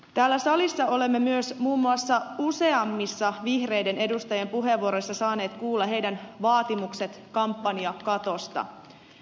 täällä salissa olemme myös muun muassa useammissa vihreiden edustajien puheenvuoroissa saaneet kuulla heidän vaatimuksensa kampanjakatosta